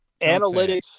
Analytics